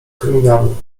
kryminalnych